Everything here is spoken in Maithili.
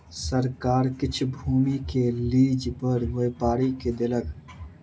सरकार किछ भूमि के लीज पर व्यापारी के देलक